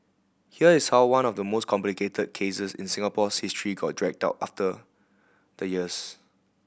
here is how one of the most complicated cases in Singapore's history got dragged out the years